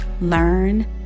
learn